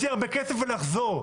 להוציא הרבה כסף ולחזור.